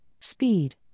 speed